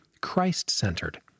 Christ-centered